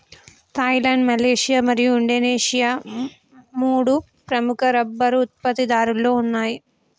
Thailand, Malaysia మరియు Indonesia మూడు ప్రముఖ రబ్బరు ఉత్పత్తిదారులలో ఉన్నాయి